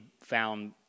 found